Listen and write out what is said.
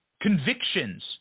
convictions